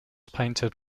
painted